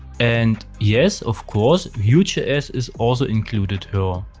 and yes, of course, vue js is also included here.